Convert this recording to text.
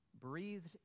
breathed